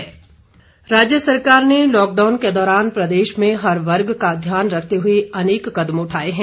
राहत राज्य सरकार ने लॉकडाउन के दौरान प्रदेश में हर वर्ग का ध्यान रखते हुए अनेक कदम उठाए हैं